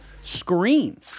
Screen